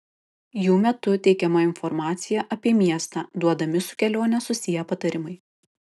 jų metu teikiama informacija apie miestą duodami su kelione susiję patarimai